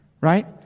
right